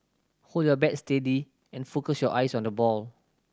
hold your bat steady and focus your eyes on the ball